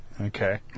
okay